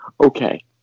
Okay